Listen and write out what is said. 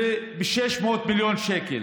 זה ב-600 מיליון שקל.